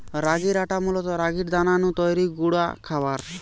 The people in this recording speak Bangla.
রাগির আটা মূলত রাগির দানা নু তৈরি গুঁড়া খাবার